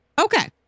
Okay